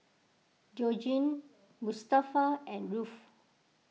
Georgine Mustafa and Rolf